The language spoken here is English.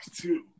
two